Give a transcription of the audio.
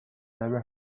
never